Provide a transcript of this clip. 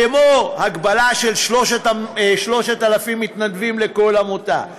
כמו הגבלה של 3,000 מתנדבים לכל עמותה,